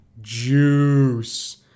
juice